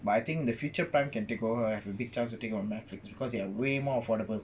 but I think the future prime can take over I have a big chance to take over netflix because they are way more affordable